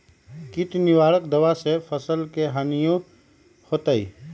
किट निवारक दावा से फसल के हानियों होतै?